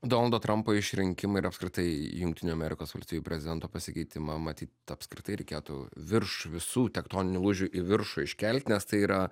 donaldo trampo išrinkimą ir apskritai jungtinių amerikos valstijų prezidento pasikeitimą matyt apskritai reikėtų virš visų tektoninių lūžių į viršų iškelt nes tai yra